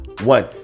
one